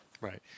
Right